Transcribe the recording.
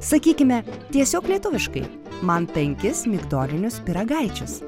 sakykime tiesiog lietuviškai man penkis migdolinius pyragaičius